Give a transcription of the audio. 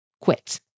quit